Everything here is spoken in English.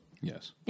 Yes